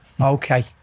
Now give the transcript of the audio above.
okay